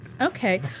Okay